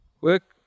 Work